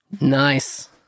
Nice